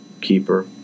keeper